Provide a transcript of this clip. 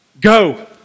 Go